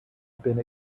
been